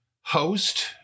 host